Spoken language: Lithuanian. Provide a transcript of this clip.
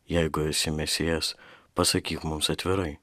jeigu esi mesijas pasakyk mums atvirai